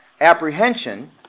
apprehension